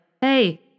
hey